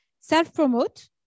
Self-promote